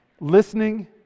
listening